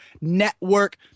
Network